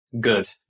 good